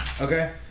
Okay